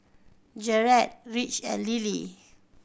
Jered Rich and Lillie